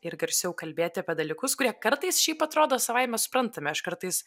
ir garsiau kalbėti apie dalykus kurie kartais šiaip atrodo savaime suprantami aš kartais